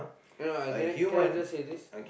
you know I can I can I just say this